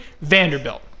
Vanderbilt